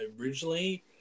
originally